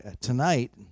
tonight